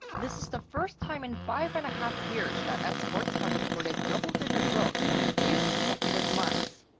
this is the first time in five-and-a-half years that exports have recorded double-digit growth for three consecutive months.